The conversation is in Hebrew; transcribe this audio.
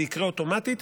זה יקרה אוטומטית,